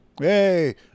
Hey